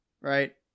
right